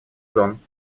зон